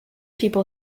people